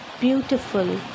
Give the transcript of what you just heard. beautiful